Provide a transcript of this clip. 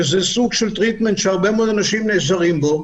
שזה סוג של טיפול שהרבה מאוד אנשים נעזרים בו,